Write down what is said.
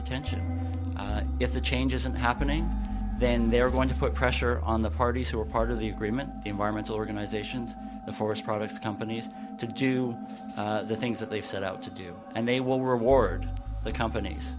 attention if the change isn't happening then they're going to put pressure on the parties who were part of the agreement the environmental organizations the forest products companies to do the things that they've set out to do and the will reward the companies